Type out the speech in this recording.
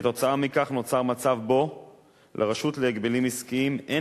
כתוצאה מכך נוצר מצב שבו לרשות להגבלים עסקיים אין